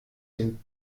den